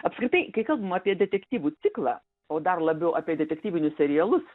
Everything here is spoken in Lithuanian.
apskritai kai kalbam apie detektyvų ciklą o dar labiau apie detektyvinius serialus